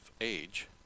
age